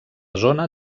zona